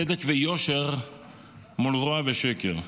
צדק ויושר מול רוע ושקר.